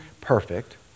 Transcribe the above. perfect